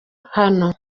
hano